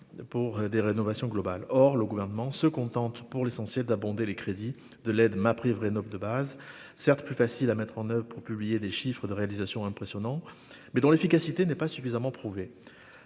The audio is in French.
pour des rénovations globales, or le gouvernement se contente pour l'essentiel d'abonder les crédits de l'aide MaPrimeRénov'de base, certes plus facile à mettre en oeuvre pour publier les chiffres de réalisation impressionnant mais dont l'efficacité n'est pas suffisamment prouvé,